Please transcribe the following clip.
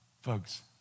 Folks